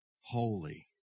holy